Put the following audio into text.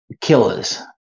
killers